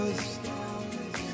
stars